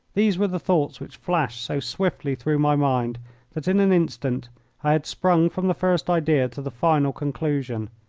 these were the thoughts which flashed so swiftly through my mind that in an instant i had sprung from the first idea to the final conclusion.